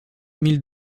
mille